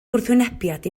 gwrthwynebiad